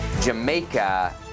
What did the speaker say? Jamaica